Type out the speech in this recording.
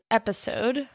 episode